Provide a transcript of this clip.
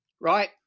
Right